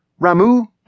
Ramu